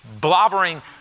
blobbering